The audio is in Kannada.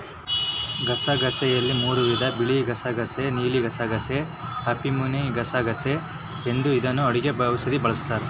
ಗಸಗಸೆಯಲ್ಲಿ ಮೂರೂ ವಿಧ ಬಿಳಿಗಸಗಸೆ ನೀಲಿಗಸಗಸೆ, ಅಫಿಮುಗಸಗಸೆ ಎಂದು ಇದನ್ನು ಅಡುಗೆ ಔಷಧಿಗೆ ಬಳಸ್ತಾರ